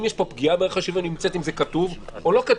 הרי אם יש פה פגיעה בערך השוויון אם זה כתוב או לא כתוב,